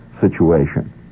situation